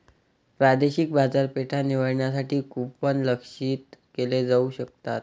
प्रादेशिक बाजारपेठा निवडण्यासाठी कूपन लक्ष्यित केले जाऊ शकतात